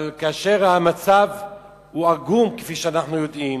אבל כאשר המצב עגום, כפי שאנחנו יודעים,